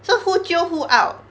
so who jio who out